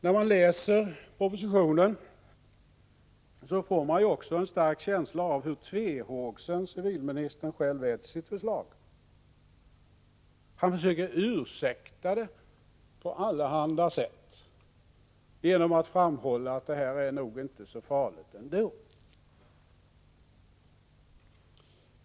När man läser propositionen får man också en stark känsla av att civilministern själv är mycket tvehågsen till sitt förslag. Han försöker ursäkta det på allehanda sätt genom att framhålla att det nog inte är så farligt ändå.